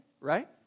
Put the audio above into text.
right